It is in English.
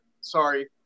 Sorry